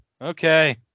okay